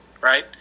right